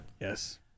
yes